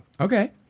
Okay